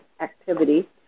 activity